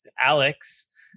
Alex